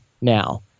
now